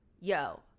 yo